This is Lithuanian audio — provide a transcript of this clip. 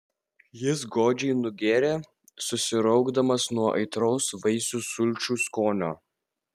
jis godžiai nugėrė susiraukdamas nuo aitraus vaisių sulčių skonio